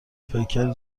پیکر